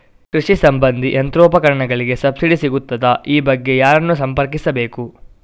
ಕೃಷಿ ಸಂಬಂಧಿ ಯಂತ್ರೋಪಕರಣಗಳಿಗೆ ಸಬ್ಸಿಡಿ ಸಿಗುತ್ತದಾ? ಈ ಬಗ್ಗೆ ಯಾರನ್ನು ಸಂಪರ್ಕಿಸಬೇಕು?